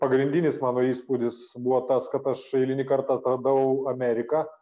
pagrindinis mano įspūdis buvo tas kad aš eilinį kartą atradau ameriką